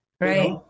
Right